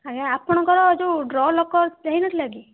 ଆଜ୍ଞା ଆପଣଙ୍କର ଯୋଉ ଡ଼୍ର ଲକର ଦିଆହେଇନଥିଲା କି